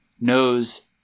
knows